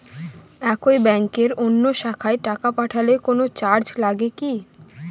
একই ব্যাংকের অন্য শাখায় টাকা পাঠালে কোন চার্জ লাগে কি?